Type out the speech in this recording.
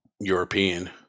European